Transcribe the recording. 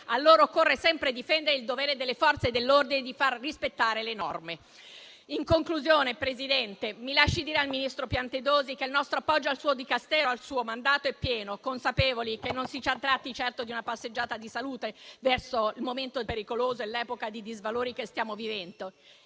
allora occorre sempre difendere il dovere delle Forze dell'ordine di far rispettare le norme. In conclusione, Presidente, mi lasci dire al ministro Piantedosi che il nostro appoggio al suo Dicastero e al suo mandato è pieno, consapevoli che non si tratti certo di una passeggiata di salute, visti il momento pericoloso e l'epoca di disvalori che stiamo vivendo.